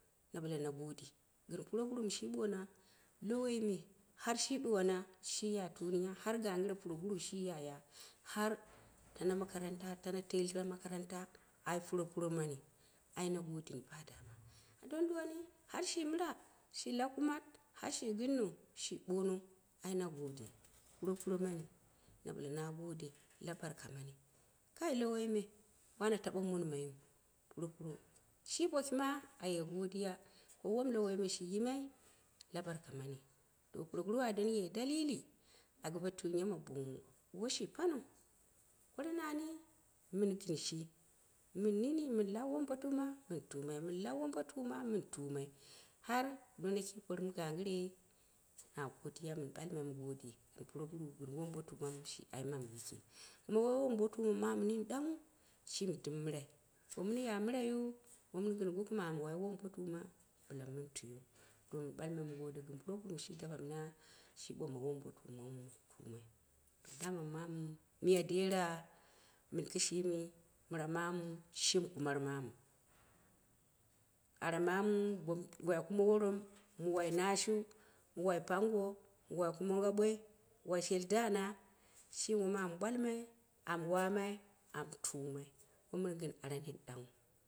Na ɓale na gode gɨn purogura mɨ shi ɓoona lowoi me, har shi ɗuwan shi ya tuniya har ganggɨre puroguru shi yaya har tana makaranta tane tela makaranta, ai puropuro mani ai na guduni ba dama, a doni ɗuni ɗuwo- ni har shi mɨra shi lau kumat, har shi girno shi boone ai na gode puro puro mani na ɓale na gode labarka mani kan lowoi me wana taɓa monmaiyiu. Shi bokima a ye godiya ko won lowoime shi yimai la barka mani, to puroguro a doni ye daila gɨpe tuniya ma bonwu woi shi paniu koro nani mɨ ye gɨn shi mɨn nini mɨn law won batuma mɨn tuma mɨn lau wombotuma mɨn tumai har di ona kii porɨm ganggɨre na godiya na ɓalmai mɨ gode puroguru, gɨn wmbotuma mɨ shiu aimama yiki. Kuma woi wombotuma mamu nini danghu shimi dɨm mirai, bo woi mɨn ya miraiyia, woi mɨn gɨn goko mɨ a mu wai wombotuma bɨla min tuiuu, to mɨn ɓalm min godiya gɨn ko puroguro shi dapa mina shi ɓomma wmbotuma mɨ mɨn tumai dama mamu miya dera mɨn kishimi mɨra mamu shi kumar mamu, ara mamu, wi kumo worom mɨ wai nashiu, mɨ wai pango, wai kumo gaɓoi wai, shell daana, shimi womamu ɓwalmai, amu wamai, amu tumai, woi mɨn ai nini ɗanghu